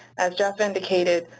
as jeff indicated,